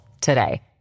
today